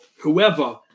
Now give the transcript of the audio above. whoever